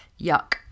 Yuck